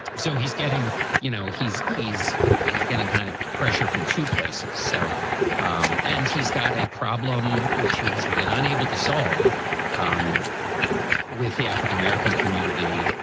so he's getting you know, he's he's he's getting kind of pressure from two places. so um and he's got a problem which he hasn't been unable to solve um with the african-american community.